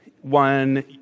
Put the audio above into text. one